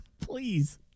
please